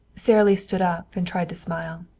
sara lee stood up and tried to smile.